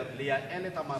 לייעל את המערכת,